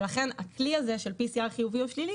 ולכן הכלי הזה של PCR חיובי או שלילי